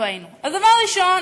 הדבר הראשון,